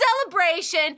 celebration